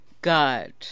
God